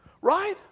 Right